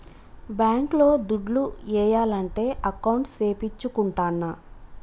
bank లో దుడ్లు ఏయాలంటే అకౌంట్ సేపిచ్చుకుంటాన్న